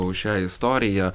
už šią istoriją